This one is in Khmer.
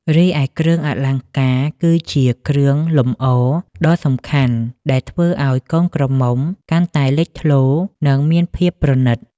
រីឯគ្រឿងអលង្ការគឺជាគ្រឿងលម្អដ៏សំខាន់ដែលធ្វើឱ្យកូនក្រមុំកាន់តែលេចធ្លោ និងមានភាពប្រណិត ។